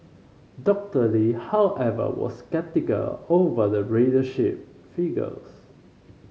Doctor Lee however was sceptical over the ridership figures